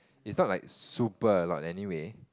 is no like super a lot anyway